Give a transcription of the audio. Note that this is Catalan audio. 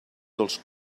dels